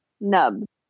nubs